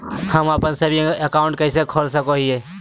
हम अप्पन saving account कइसे खोल सको हियै?